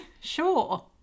Sure